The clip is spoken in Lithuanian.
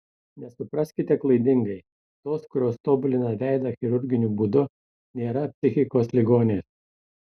nesupraskite klaidingai tos kurios tobulina veidą chirurginiu būdu nėra psichikos ligonės